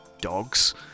dogs